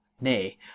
Nay